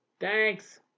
Thanks